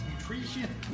Nutrition